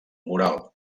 moral